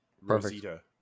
Rosita